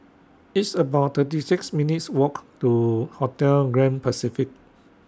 It's about thirty six minutes' Walk to Hotel Grand Pacific